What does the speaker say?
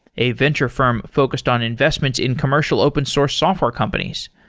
a venture firm focused on investments in commercial open source software companies.